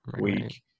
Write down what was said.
week